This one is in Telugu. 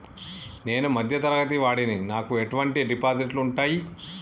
నేను మధ్య తరగతి వాడిని నాకు ఎటువంటి డిపాజిట్లు ఉంటయ్?